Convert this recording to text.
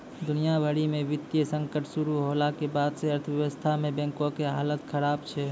दुनिया भरि मे वित्तीय संकट शुरू होला के बाद से अर्थव्यवस्था मे बैंको के हालत खराब छै